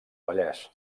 vallès